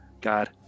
god